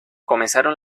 comenzaron